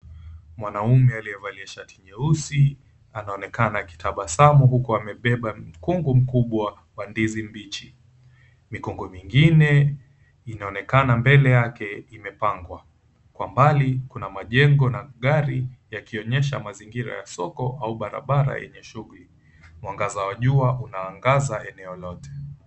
Mwanaume aliyevalia shati nyeusi anaonekana akitabasamu huku amebeba mkungu mkubwa wa ndizi mbichi. Mikungu mingine inaonekana mbele yake imepangwa. Kwa mbali kuna majengo na gari yakionyesha mazingira ya soko au barabara yenye shughuli. Mwangaza wa jua iliyopita unaangaza eneo lote